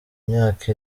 imyaka